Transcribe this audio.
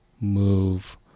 move